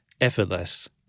effortless